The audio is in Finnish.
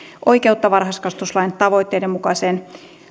oikeutta varhaiskasvatuslain tavoitteiden mukaiseen